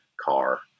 car